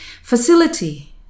facility